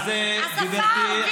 אז תצביעו בעדו.